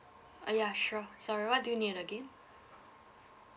uh yeah sure sorry what do you need again